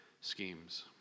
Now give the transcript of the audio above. schemes